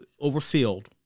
overfilled